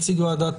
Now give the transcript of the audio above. בוועדת